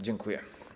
Dziękuję.